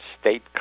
state